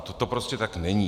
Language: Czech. To prostě tak není.